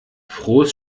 frohes